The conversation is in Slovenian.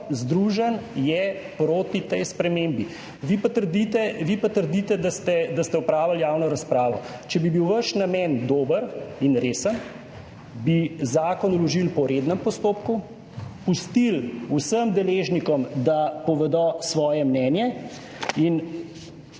združenj je proti tej spremembi, vi pa trdite, vi pa trdite, da ste, da ste opravili javno razpravo. Če bi bil vaš namen dober in resen, bi zakon vložili po rednem postopku, pustili vsem deležnikom, da povedo svoje mnenje. In